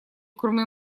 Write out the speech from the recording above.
кроме